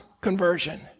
conversion